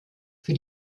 für